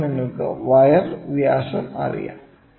ഇപ്പോൾ നിങ്ങൾക്ക് വയർ വ്യാസം അറിയാം